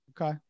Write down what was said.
Okay